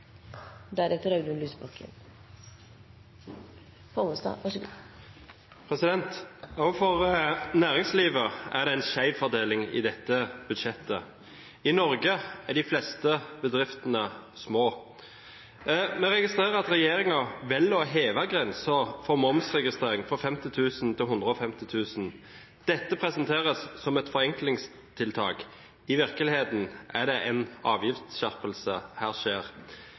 Pollestad – til oppfølgingsspørsmål. Også for næringslivet er det en skjevfordeling i dette budsjettet. I Norge er de fleste bedriftene små. Jeg registrerer at regjeringen velger å heve grensen for momsregistrering fra 50 000 til 150 000 kr. Dette presenteres som et forenklingstiltak. I virkeligheten er det en avgiftsskjerpelse.